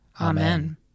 Amen